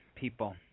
people